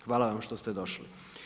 Hvala vam što ste došli.